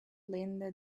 linda